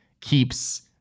keeps